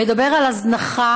הוא מדבר על הזנחה